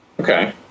Okay